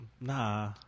Nah